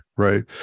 right